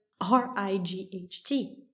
R-I-G-H-T